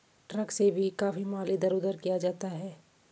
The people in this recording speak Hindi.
ट्रक से भी काफी माल इधर उधर किया जाता है